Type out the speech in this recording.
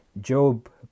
Job